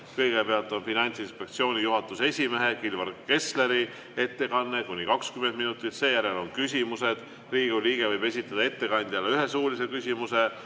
Kõigepealt on Finantsinspektsiooni juhatuse esimehe Kilvar Kessleri ettekanne kuni 20 minutit, seejärel on küsimused. Riigikogu liige võib esitada ettekandjale ühe suulise küsimuse.